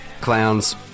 clowns